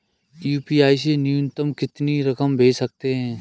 UPI से न्यूनतम कितनी रकम भेज सकते हैं?